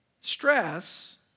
Stress